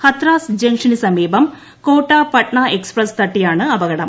ഹത്രാസ് ജംഗ്ഷ്ടന് സമീപം കോട്ട പട്ന എക്സ്പ്രസ് തട്ടിയാണ് അപകടം